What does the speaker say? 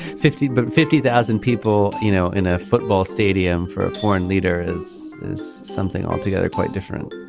fifty but fifty thousand people you know in a football stadium for a foreign leader is is something altogether quite different